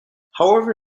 however